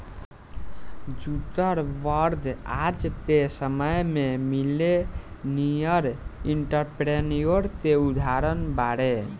Zuckerberg आज के समय में मिलेनियर एंटरप्रेन्योर के उदाहरण बाड़े